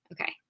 Okay